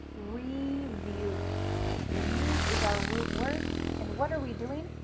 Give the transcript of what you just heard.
review. view is our root word and what are we doing?